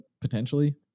potentially